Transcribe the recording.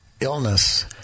illness